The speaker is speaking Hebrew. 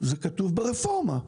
זה כתוב ברפורמה.